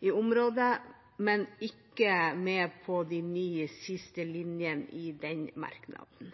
i området, men er ikke med på de ni siste linjene i den merknaden.